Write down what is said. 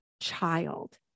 child